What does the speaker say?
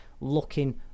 looking